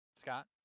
scott